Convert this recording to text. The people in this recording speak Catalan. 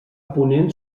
ponent